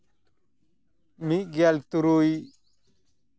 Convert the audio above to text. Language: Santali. ᱢᱤᱫᱜᱮᱞ ᱛᱩᱨᱩᱭ